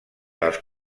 dels